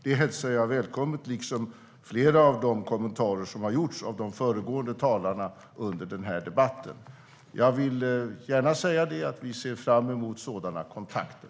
Det hälsar jag välkommet, liksom flera av de kommentarer som har gjorts av de föregående talarna under debatten. Jag vill gärna säga att vi ser fram emot sådana kontakter.